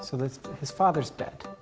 so his father's dead.